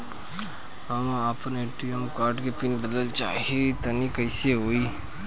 हम आपन ATM card के पीन बदलल चाहऽ तनि कइसे होई?